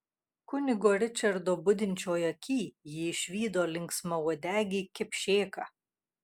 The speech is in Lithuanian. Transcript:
kunigo ričardo budinčioj aky ji išvydo linksmauodegį kipšėką